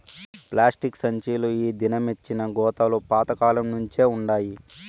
plastic సంచీలు ఈ దినమొచ్చినా గోతాలు పాత కాలంనుంచే వుండాయి